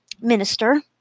minister